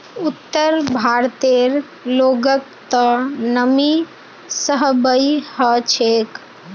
उत्तर भारतेर लोगक त नमी सहबइ ह छेक